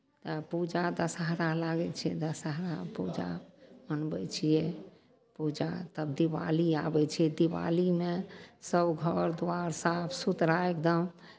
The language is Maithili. तब पूजा दशहरा लागै छै दशहरा पूजा मनबै छियै पूजा तब दिवाली आबै छै दिवालीमे सभ घर दुआरि साफ सुथरा एकदम